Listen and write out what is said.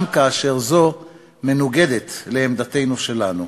גם כאשר זו מנוגדת לעמדתנו שלנו.